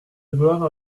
gloire